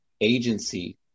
agency